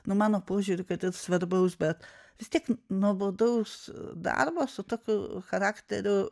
nu mano požiūriu kad ir svarbaus bet vis tiek nuobodaus darbo su tokiu charakteriu